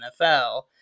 NFL